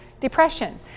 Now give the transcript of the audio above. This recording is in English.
depression